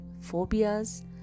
phobias